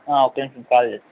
ఒక్క నిమిషం కాల్ చేస్తాను